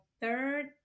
third